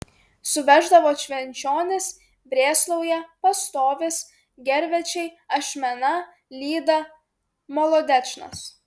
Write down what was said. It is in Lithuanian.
suveždavo švenčionys brėslauja pastovis gervėčiai ašmena lyda molodečnas